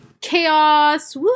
chaos